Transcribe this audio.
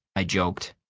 i joked.